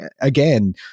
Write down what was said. again